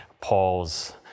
Paul's